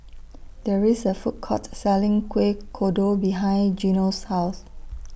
There IS A Food Court Selling Kueh Kodok behind Gino's House